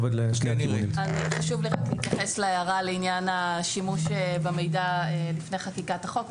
חשוב לי להתייחס להערה לעניין השימוש במידע לפני חקיקת החוק.